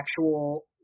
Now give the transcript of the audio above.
actual